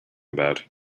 about